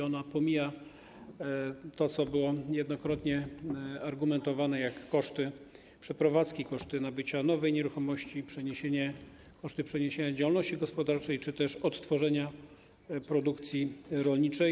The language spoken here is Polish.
Ona pomija - co było niejednokrotnie argumentowane - koszty przeprowadzki, koszty nabycia nowej nieruchomości, koszty przeniesienia działalności gospodarczej czy też odtworzenia produkcji rolniczej.